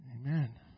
Amen